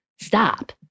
Stop